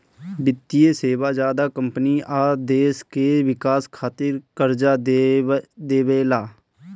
वित्तीय सेवा ज्यादा कम्पनी आ देश के विकास खातिर कर्जा देवेला